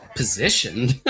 positioned